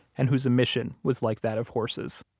and whose emission was like that of horses.